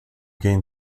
gain